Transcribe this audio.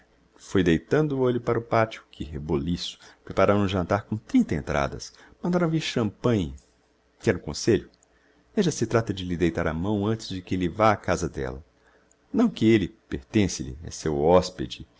fui deitando o olho para o pateo que reboliço prepararam um jantar com trinta entradas mandaram vir champanhe quer um conselho veja se trata de lhe deitar a mão antes de que elle vá a casa d'ella não que elle pertence lhe é seu hospede